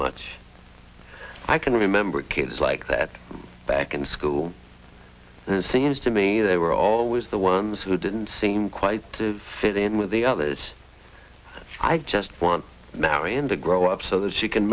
much i can remember kids like that back in school seems to me they were always the ones who didn't seem quite to fit in with the others i just want marion to grow up so that she can